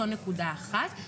זו נקודה אחת.